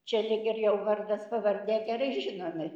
čia lyg ir jau vardas pavardė gerai žinomi